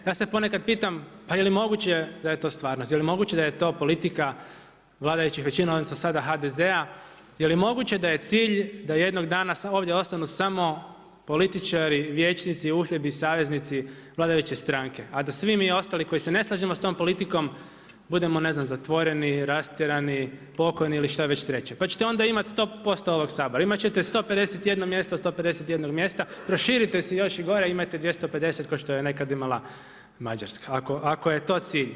Ja se ponekad pitam, pa je li moguće da je to stvarnost, je li moguće da je to politika vladajućih većina odnosno sada HDZ-a, je li moguće da je cilj da jednog dana ovdje ostanu samo političari, vijećnici, uhljebi i saveznici vladajuće stranke, a da svi mi ostali koji se ne slažemo sa tom politikom budemo ne znam zatvoreni, rastjerani, pokojni ili šta već treće pa ćete onda imati 100% ovog Sabora, imat ćete 151 mjesto, proširite si još i gore, imajte 250 kao što je nekad imala Mađarska ako je to cilj.